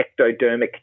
ectodermic